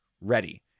ready